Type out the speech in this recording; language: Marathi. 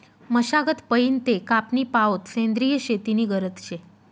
मशागत पयीन ते कापनी पावोत सेंद्रिय शेती नी गरज शे